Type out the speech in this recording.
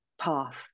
path